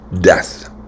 death